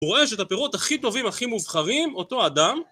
הוא רואה שאת הפירות הכי טובים, הכי מובחרים, אותו אדם